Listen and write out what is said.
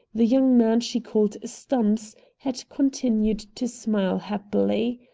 the young man she called stumps had continued to smile happily.